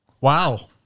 Wow